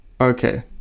Okay